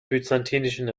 byzantinischen